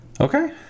Okay